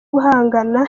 guhangana